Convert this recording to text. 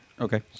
Okay